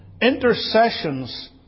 intercessions